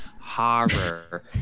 Horror